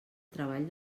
treball